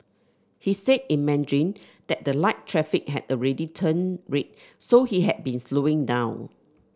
he said in Mandarin that the light traffic had already turned red so he had been slowing down